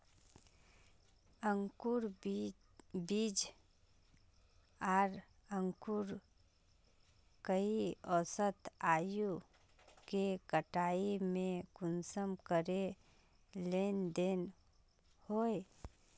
अंकूर बीज आर अंकूर कई औसत आयु के कटाई में कुंसम करे लेन देन होए?